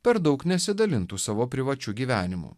per daug nesidalintų savo privačiu gyvenimu